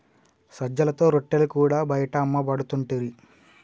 సజ్జలతో రొట్టెలు కూడా బయట అమ్మపడుతుంటిరి